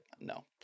no